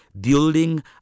building